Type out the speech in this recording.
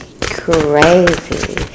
crazy